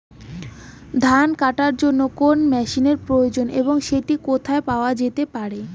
ধান কাটার জন্য কোন মেশিনের প্রয়োজন এবং সেটি কোথায় পাওয়া যেতে পারে?